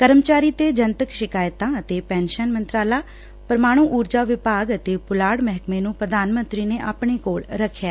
ਕਰਮਚਾਰੀ ਤੇ ਜਨਤਕ ਸ਼ਿਕਾਇਤਾਂ ਅਤੇ ਧੈਨਸ਼ਨ ਮੰਤਰਾਲਾ ਪ੍ਰਮਾਣੂ ਊਰਜਾ ਵਿਭਾਗ ਅਤੇ ਪੁਲਾਤ ਮਹਿਕਮੇ ਨੂੰ ਪੁਧਾਨ ਮੰਤਰੀ ਨੇ ਆਪਣੇ ਕੋਲ ਰੱਖਿਐ